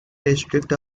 district